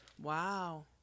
Wow